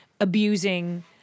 abusing